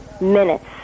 minutes